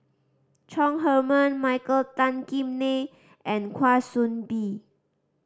Chong Heman Michael Tan Kim Nei and Kwa Soon Bee